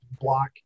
block